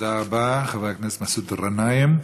תודה רבה, חבר הכנסת מסעוד גנאים.